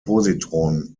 positron